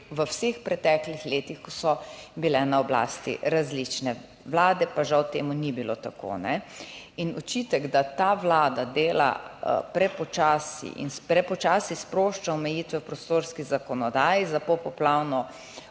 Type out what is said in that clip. v vseh preteklih letih, ko so bile na oblasti različne vlade, pa žal temu ni bilo tako. In očitek, da ta Vlada dela prepočasi in prepočasi sprošča omejitve v prostorski zakonodaji za popoplavno